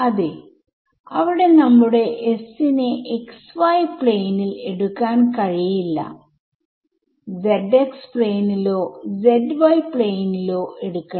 അതേ അവിടെ നമ്മുടെ S നെ xy പ്ലെയിനിൽ എടുക്കാൻ കഴിയില്ല zx പ്ലെയിനിലോ zy പ്ലെയിനിലോഎടുക്കണം